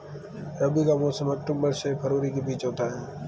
रबी का मौसम अक्टूबर से फरवरी के बीच होता है